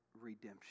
redemption